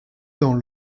dans